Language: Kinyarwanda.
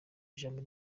ijambo